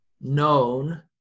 known